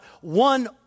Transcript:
one